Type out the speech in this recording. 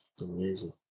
Amazing